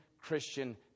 Christian